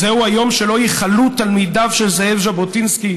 "זהו היום שלו ייחלו תלמידיו של זאב ז'בוטינסקי",